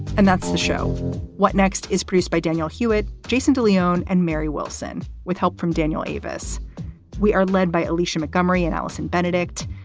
and that's the show what next is produced by daniel hewitt, jason de leon and mary wilson with help from daniel avis we are led by alicia montgomery and alison benedict.